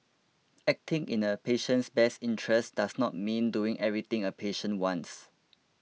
acting in a patient's best interests does not mean doing everything a patient wants